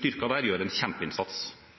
styrker der gjør en kjempeinnsats.